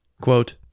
Quote